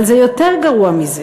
אבל זה יותר גרוע מזה,